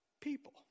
people